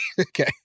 Okay